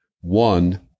One